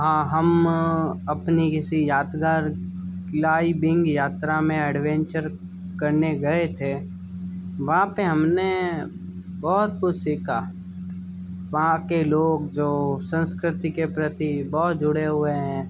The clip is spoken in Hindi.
हाँ हम अपनी किसी यादगार क्लाइबिंग यात्रा में एडवेंचर करने गए थे वहाँ पे हमने बहुत कुछ सीखा वहाँ के लोग जो संस्कृति के प्रति बहुत जुड़े हुए हैं